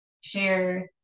share